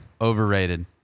Overrated